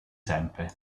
sempre